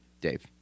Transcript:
Dave